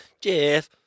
Jeff